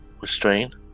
restrained